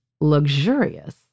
luxurious